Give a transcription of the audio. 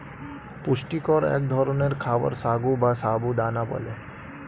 পুষ্টিকর এক ধরনের খাবার সাগু বা সাবু দানা বলে